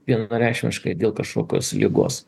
vienareikšmiškai dėl kažkokios ligos